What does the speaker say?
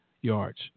yards